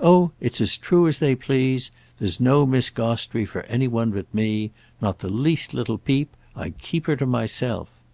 oh it's as true as they please there's no miss gostrey for any one but me not the least little peep. i keep her to myself.